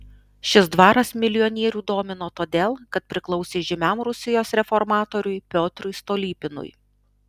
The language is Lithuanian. šis dvaras milijonierių domino todėl kad priklausė žymiam rusijos reformatoriui piotrui stolypinui